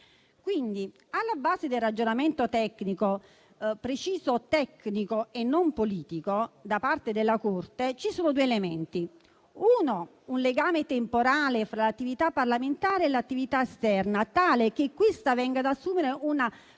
Alla base del ragionamento tecnico - preciso, tecnico e non politico - da parte della Corte ci sono due elementi: innanzitutto, il legame temporale fra l'attività parlamentare e l'attività esterna tale che questa venga ad assumere una